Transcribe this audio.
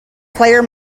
player